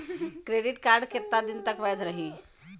Credit card कितना दिन तक वैध रही?